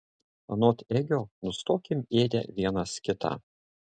anot egio nustokim ėdę vienas kitą